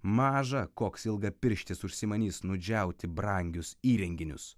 mažą koks ilgapirštis užsimanys nudžiauti brangius įrenginius